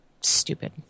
stupid